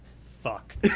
Fuck